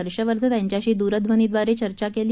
हर्षवर्धन यांच्याशी दूरध्वनीद्वारे चर्चा केली